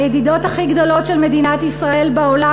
הידידות הכי גדולות של מדינת ישראל בעולם,